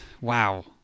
Wow